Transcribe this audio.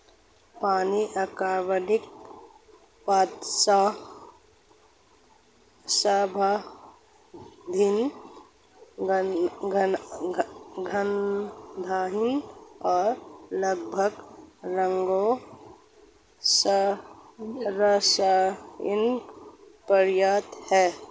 पानी अकार्बनिक, पारदर्शी, स्वादहीन, गंधहीन और लगभग रंगहीन रासायनिक पदार्थ है